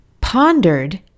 Pondered